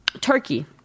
Turkey